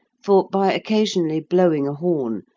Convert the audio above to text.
for, by occasionally blowing a horn,